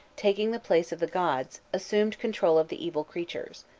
taking the place of the gods, assumed control of the evil creatures.